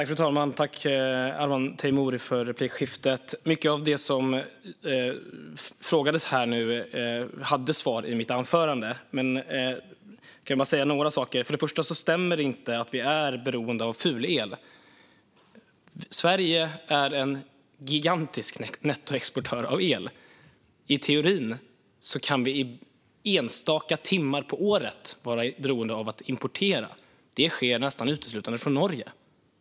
Fru talman! Tack, Arman Teimouri, för replikskiftet! Mycket av det som det nu frågades om fanns det svar på i mitt anförande. Jag kan bara säga några saker. Först och främst stämmer det inte att vi är beroende av fulel. Sverige är en gigantisk nettoexportör av el. I teorin kan vi enstaka timmar under året vara beroende av att importera. Det sker nästan uteslutande från Norge.